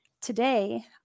Today